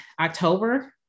October